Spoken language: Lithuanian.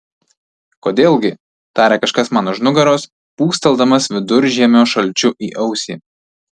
kodėl gi tarė kažkas man už nugaros pūsteldamas viduržiemio šalčiu į ausį